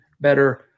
better